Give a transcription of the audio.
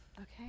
Okay